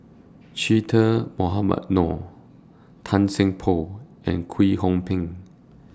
Che Dah Mohamed Noor Tan Seng Poh and Kwek Hong Png